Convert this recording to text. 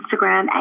Instagram